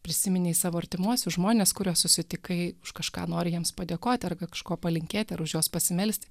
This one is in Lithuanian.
prisiminei savo artimuosius žmones kuriuos susitikai už kažką nori jiems padėkoti ar kažko palinkėti ar už juos pasimelsti